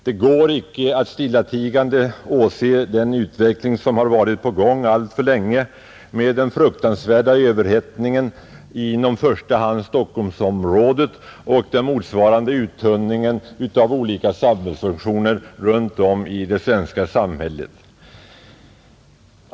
Det går icke att stillatigande åse den utveckling som varit på gång alltför länge med den fruktansvärda överhettningen inom i första hand Stockholmsområdet och motsvarande uttunning av olika samhällsfunktioner runt om i det svenska samhället.